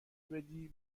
بدی